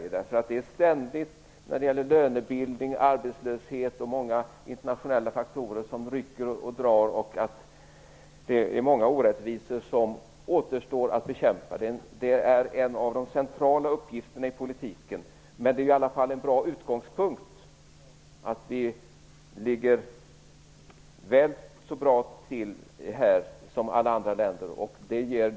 Det finns många orättvisor som återstår att bekämpa när det gäller lönebildning, arbetslöshet och många andra internationella faktorer som rycker och drar. Det är en av de centrala uppgifterna i politiken. Men det är i alla fall en bra utgångspunkt att vi ligger väl så bra till jämfört med andra länder när det gäller detta.